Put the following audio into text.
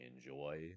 enjoy